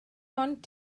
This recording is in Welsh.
ond